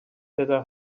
better